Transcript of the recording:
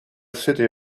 city